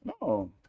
no